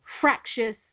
fractious